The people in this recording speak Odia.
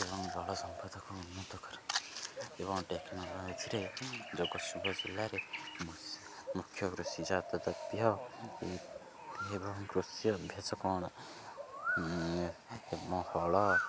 ଏବଂ ଜଳ ସମ୍ପଦକୁ ଟେକ୍ନୋଲୋଜିରେ ଜଗତସିଂପୁର ଜିଲ୍ଲାରେ ମୁଖ୍ୟ କୃଷି ଜାତୀୟ ଦ୍ରବ୍ୟ ଏବଂ କୃଷି ଅଭ୍ୟାସ କ'ଣ ଏବଂ ହଳ